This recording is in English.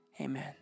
Amen